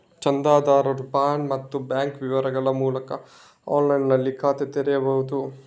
ಚಂದಾದಾರರು ಪಾನ್ ಮತ್ತೆ ಬ್ಯಾಂಕ್ ವಿವರಗಳ ಮೂಲಕ ಆನ್ಲೈನಿನಲ್ಲಿ ಖಾತೆ ತೆರೀಬಹುದು